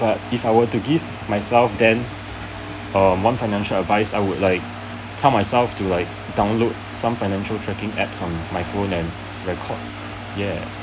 but if I were to give myself then err one financial advice I would like tell myself like to download some financial tracking apps on my phone and record yeah um